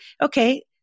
okay